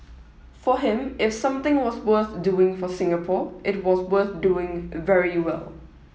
for him if something was worth doing for Singapore it was worth doing very well